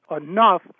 enough